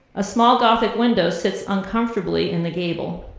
a small gothic window sits uncomfortably in the gable.